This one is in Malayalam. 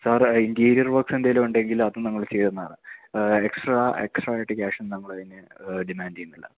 സാര് ഇൻറ്റീരിയർ വർക്ക്സ് എന്തെങ്കിലുമുണ്ടെങ്കിൽ അതും ഞങ്ങള് ചെയ്തുതരുന്നതാണ് എക്സ്ട്രാ എക്സ്ട്രായിട്ട് ക്യാഷൊന്നും നമ്മളതിന് ഡിമാൻ്റ് ചെയ്യുന്നില്ല